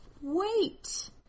wait